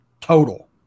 total